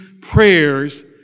prayers